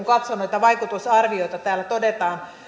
katson näitä vaikutusarvioita täällä todetaan